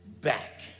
back